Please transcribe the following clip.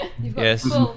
yes